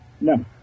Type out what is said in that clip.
No